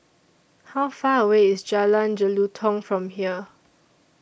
How Far away IS Jalan Jelutong from here